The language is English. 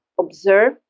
observe